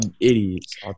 idiots